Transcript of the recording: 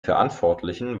verantwortlichen